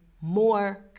more